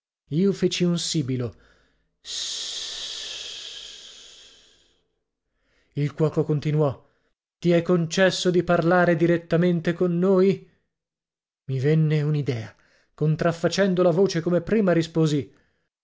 io feci un sibilo sssssss il cuoco continuò ti è concesso di parlare direttamente con noi i venne un'idea contraffacendo la voce come prima risposi